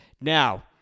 Now